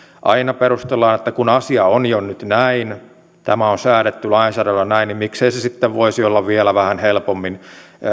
aina perustellaan että kun asia on jo nyt näin kun tämä on säädetty lainsäädännöllä näin niin miksei se sitten voisi olla vielä vähän helpommin